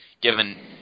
given